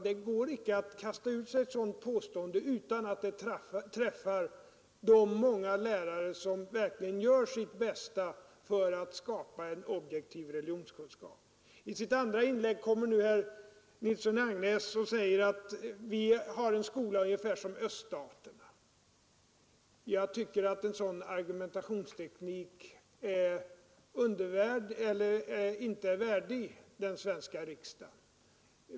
Det går inte att kasta ur sig ett sådant påstående utan att det träffar de många lärare som verkligen gör sitt bästa för att skapa en objektiv religionskunskap. I sitt andra inlägg sade herr Nilsson i Agnäs att vi har en skola som är ungefär som öststaternas. Jag tycker inte att en sådan argumentationsteknik är värdig den svenska riksdagen.